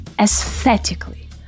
Aesthetically